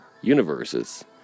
universes